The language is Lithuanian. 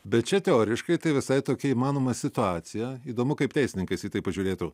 bet čia teoriškai tai visai tokia įmanoma situacija įdomu kaip teisininkas į tai pažiūrėtų